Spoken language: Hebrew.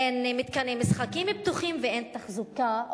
אין מתקני משחקים בטוחים ואין תחזוקה,